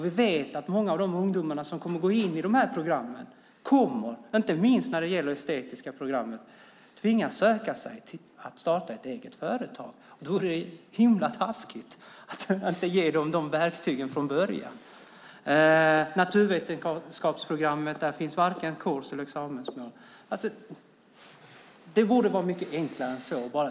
Vi vet att många av de ungdomar som kommer att gå in i de här programmen, inte minst det estetiska programmet, kommer att tvingas söka sig till att starta ett eget företag. Då är det himla taskigt att inte ge dem de verktygen från början. I det naturvetenskapliga programmet finns varken kurs eller examensmål. Det borde vara mycket enklare än så här.